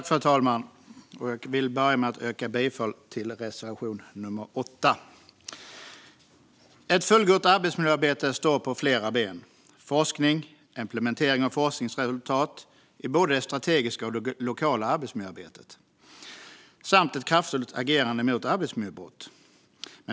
Fru talman! Jag vill börja med att yrka bifall till reservation nummer 8. Ett fullgott arbetsmiljöarbete står på flera ben: forskning och implementering av forskningsresultat i både det strategiska och det lokala arbetsmiljöarbetet samt kraftfullt agerande mot arbetsmiljöbrott.